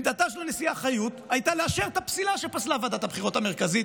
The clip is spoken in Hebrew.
עמדתה של הנשיאה חיות הייתה לאשר את הפסילה שפסלה ועדת הבחירות המרכזית